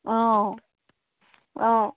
অঁ অঁ